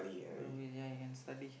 I will young and study